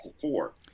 four